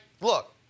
Look